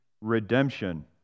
redemption